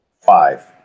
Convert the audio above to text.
Five